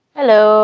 Hello